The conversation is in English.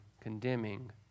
condemning